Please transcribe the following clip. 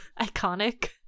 iconic